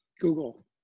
Google